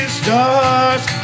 stars